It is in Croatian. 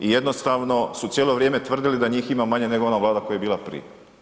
I jednostavno su cijelo vrijeme tvrdili da ih ima manje nego ona vlada koja je bila prije.